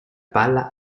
palla